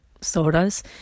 sodas